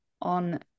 on